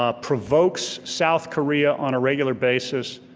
ah provokes south korea on a regular basis,